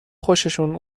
خوششون